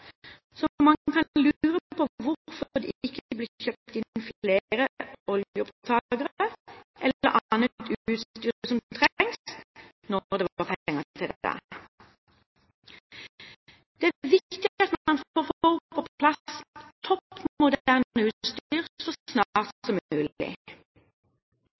så man kan lure på hvorfor det ikke ble kjøpt inn flere oljeopptakere eller annet utstyr som trengtes, når det var penger til det. Det er viktig at man får på plass topp moderne utstyr så